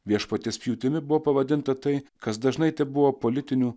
viešpaties pjūtimi buvo pavadinta tai kas dažnai tebuvo politinių